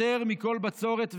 יותר מכל בצורת ורעב.